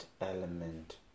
element